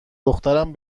دخترم